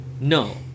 no